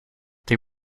they